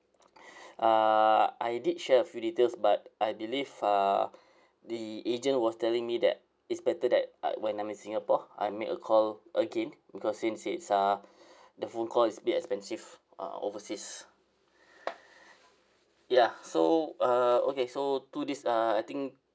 uh I did share a few details but I believe uh the agent was telling me that it's better that uh when I'm in singapore I make a call again because since it's uh the phone call is a bit expensive uh overseas ya so uh okay so two days uh I think